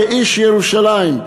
כאיש ירושלים,